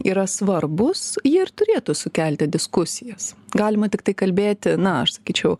yra svarbūs jie ir turėtų sukelti diskusijas galima tiktai kalbėti na aš sakyčiau